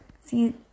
see